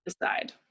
decide